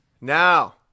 Now